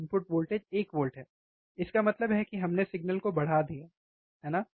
input voltage एक volt है इसका मतलब है कि हमने सिग्नल को बढ़ा दिया है है ना